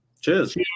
Cheers